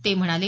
ते म्हणाले